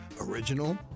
original